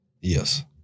Yes